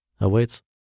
awaits